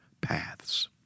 paths